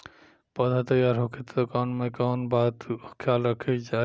पौधा तैयार होखे तक मे कउन कउन बात के ख्याल रखे के चाही?